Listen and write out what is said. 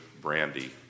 Brandy